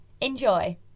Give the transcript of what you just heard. Enjoy